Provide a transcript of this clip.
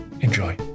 Enjoy